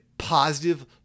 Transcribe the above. positive